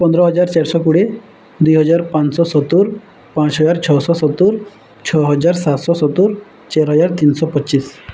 ପନ୍ଦର ହଜାର ଚାରିଶହ କୋଡ଼ିଏ ଦୁଇହଜାର ପାଞ୍ଚଶହ ସତୁର ପାଞ୍ଚହଜାର ଛଅଶହ ସତୁର ଛଅ ହଜାର ସାତଶହ ସତୁର ଚେର ହଜାର ତିନିଶହ ପଚିଶ